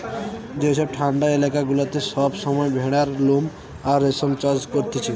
যেসব ঠান্ডা এলাকা গুলাতে সব সময় ভেড়ার লোম আর রেশম চাষ করতিছে